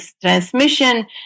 transmission